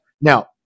Now